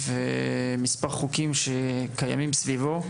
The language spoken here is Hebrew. מספר חוקים שקיימים סביבו,